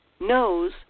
knows